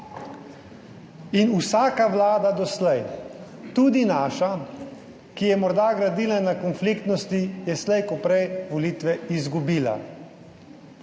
Vsaka vlada doslej, tudi naša, ki je morda gradila na konfliktnosti, je slej ko prej volitve izgubila.